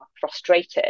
frustrated